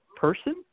Person